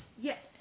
yes